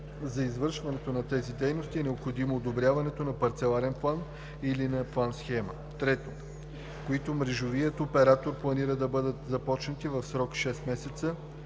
за извършването на тези дейности е необходимо одобряването на парцеларен план или на план-схема; 3. които мрежовият оператор планира да бъдат започнати в срок шест месеца